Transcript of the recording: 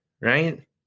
right